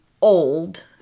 old